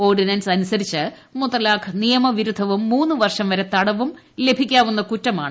ordinance അനുസരിച്ച് മുത്തലാഖ് നിയമവിരുദ്ധവും മൂന്നു വർഷം വരെ തടവുകളിക്കാവുന്ന കുറ്റമാണ്